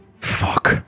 Fuck